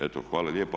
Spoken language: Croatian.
Eto, hvala lijepa.